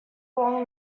along